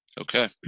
Okay